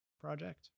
project